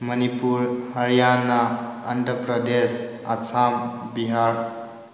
Manipur Haryana Andhra Pradesh Assam Bihar